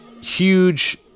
huge